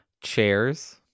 Chairs